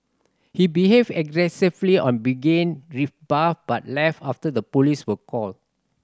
he behaved aggressively on being rebuffed but left after the police were called